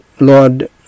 Lord